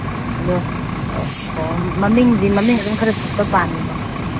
ꯑꯗꯣ ꯑꯣ ꯃꯃꯤꯡꯗꯤ ꯃꯃꯤꯡ ꯑꯗꯨꯝ ꯈꯔ ꯆꯠꯄ ꯄꯥꯝꯃꯦꯕ